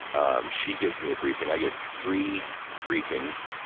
um she gives me a briefing. i get three briefings.